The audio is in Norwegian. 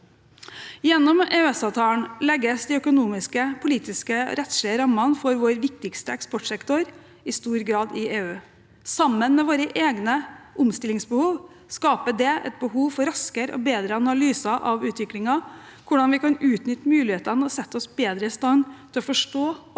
Gjennom EØS-avtalen legges de økonomiske, politiske og rettslige rammene for vår viktigste eksportsektor i stor grad i EU. Sammen med våre egne omstillingsbehov skaper det et behov for raskere og bedre analyser av utviklingen, hvordan vi kan utnytte mulighetene og sette oss bedre i stand til å forstå og